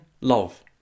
love